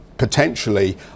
potentially